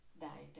died